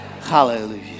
Hallelujah